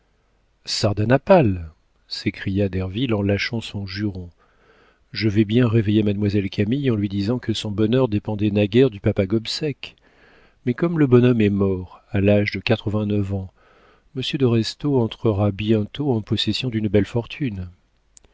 sardanapale s'écria derville en lâchant son juron je vais bien réveiller mademoiselle camille en lui disant que son bonheur dépendait naguère du papa gobseck mais comme le bonhomme est mort à l'âge de quatre-vingt-neuf ans monsieur de restaud entrera bientôt en possession d'une belle fortune